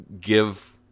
give